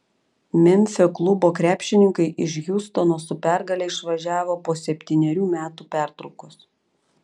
memfio klubo krepšininkai iš hjustono su pergale išvažiavo po septynerių metų pertraukos